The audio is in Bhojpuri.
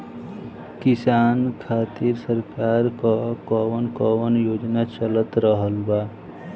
किसान खातिर सरकार क कवन कवन योजना चल रहल बा?